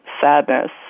sadness